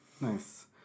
Nice